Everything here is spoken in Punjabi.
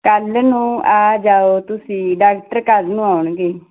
ਕੱਲ੍ਹ ਨੂੰ ਆ ਜਾਓ ਤੁਸੀਂ ਡਾਕਟਰ ਕੱਲ੍ਹ ਨੂੰ ਆਉਣਗੇ